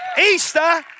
Easter